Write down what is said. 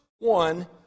One